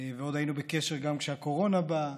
ועוד היינו בקשר גם כשהקורונה באה.